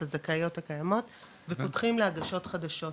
הזכאיות הקיימות ופותחים להגשות חדשות,